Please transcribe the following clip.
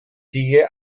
sigue